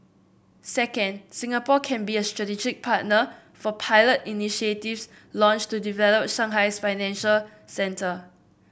second Singapore can be a strategic partner for pilot initiatives launched to develop Shanghai's financial centre